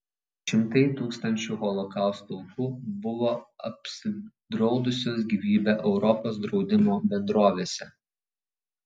šimtai tūkstančių holokausto aukų buvo apsidraudusios gyvybę europos draudimo bendrovėse